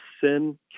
sin